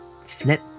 flip